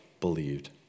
believed